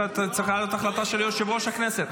זו צריכה להיות החלטה של יושב-ראש הכנסת.